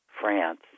France